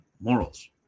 morals